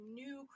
new